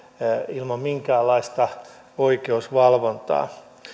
ilman minkäänlaista oikeusvalvontaa